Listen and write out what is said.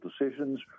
decisions